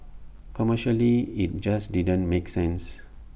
commercially IT just didn't make sense